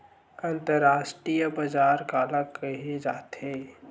अंतरराष्ट्रीय बजार काला कहे जाथे?